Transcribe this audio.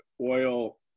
oil